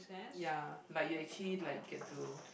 ya like you actually like get to